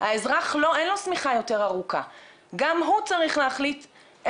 השאלה הראשונה נוגעת למה שהזכרנו כבר בהתחלה,